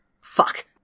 Fuck